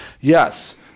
Yes